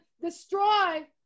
destroy